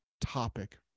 topic